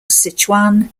sichuan